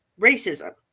racism